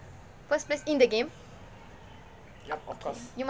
first place in the game